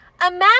imagine